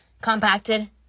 compacted